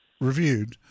reviewed